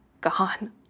gone